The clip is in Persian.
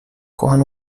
کهن